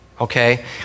okay